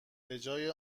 بجای